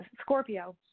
Scorpio